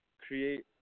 create